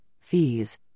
fees